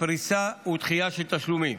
פריסה ודחייה של תשלומים.